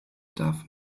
darf